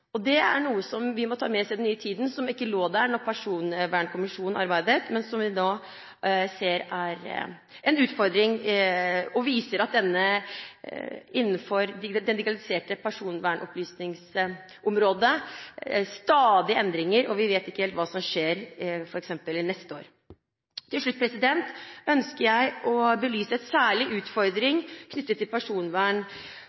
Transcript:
Det er noe som vi må ta med oss i den nye tiden, som ikke lå der da Personvernkommisjonen arbeidet, men som vi nå ser er en utfordring. Det viser at det innenfor det digitaliserte personvernopplysningsområdet stadig er endringer, og vi vet ikke hva som skjer f.eks. neste år. Til slutt ønsker jeg å belyse en særlig